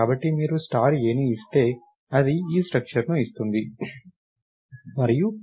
కాబట్టి మీరు star A ని ఇస్తే అది ఈ స్ట్రక్చర్ ను ఇస్తుంది మరియు మీరు A